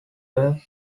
mirror